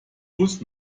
bus